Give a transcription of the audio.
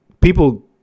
People